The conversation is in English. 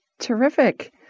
Terrific